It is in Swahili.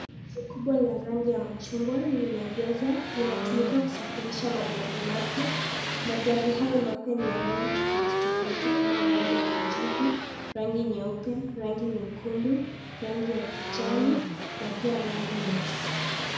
Gari kubwa la rangi ya machungwa, limeegeshwa, linatumika kusafirisha magari mapya. Magari hayo mapya ni ya rangi tofauti tofauti kama rangi ya kijivu, rangi nyeupe, rangi nyekundu, rangi ya kijani na pia rangi nyeusi.